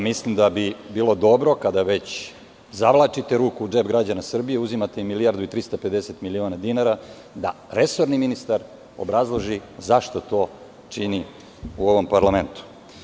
Mislim da bi bilo dobro kada već zavlačite ruku u džep građana Srbije, uzimate im milijardu i 350 miliona dinara da resorni ministar obrazloži zašto to čini u ovom parlamentu.